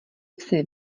vsi